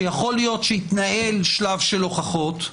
שיכול להיות שיתנהל שלב של הוכחות,